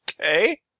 Okay